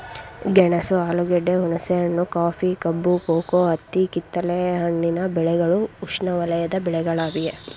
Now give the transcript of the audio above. ಗೆಣಸು ಆಲೂಗೆಡ್ಡೆ, ಹುಣಸೆಹಣ್ಣು, ಕಾಫಿ, ಕಬ್ಬು, ಕೋಕೋ, ಹತ್ತಿ ಕಿತ್ತಲೆ ಹಣ್ಣಿನ ಬೆಳೆಗಳು ಉಷ್ಣವಲಯದ ಬೆಳೆಗಳಾಗಿವೆ